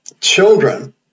children